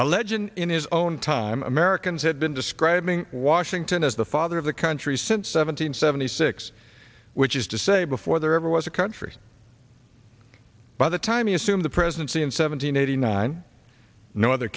a legend in his own time americans had been describing washington as the father of the country since seven hundred seventy six which is to say before there ever was a country by the time you assume the presidency in seven hundred eighty nine no other